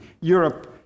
Europe